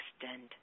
extend